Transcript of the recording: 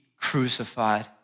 crucified